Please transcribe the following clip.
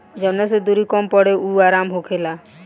जवना से दुरी कम पड़े अउर आराम होखे